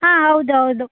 ಹಾಂ ಹೌದೌದು